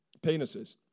Penises